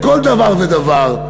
לכל דבר ודבר.